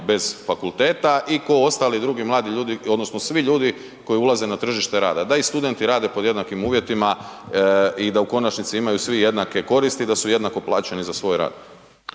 bez fakulteta i ko ostali drugi mladi ljudi odnosno svi ljudi koji ulaze na tržište rada da i studenti rade pod jednakim uvjetima i da u konačnici imaju svi jednake koristi i da su jednako plaćeni za svoj rad.